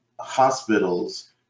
hospitals